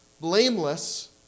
blameless